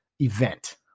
event